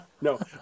no